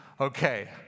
Okay